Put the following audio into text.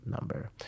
number